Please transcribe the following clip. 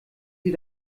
sie